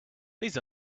these